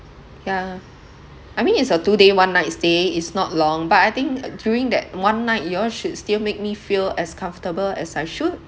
yeah I mean it's a two day one night stay it's not long but I think during that one night you all should still make me feel as comfortable as I should